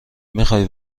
میخوای